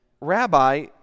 Rabbi